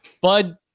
Bud